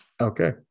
Okay